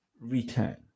return